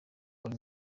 ari